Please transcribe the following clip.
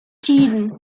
tiden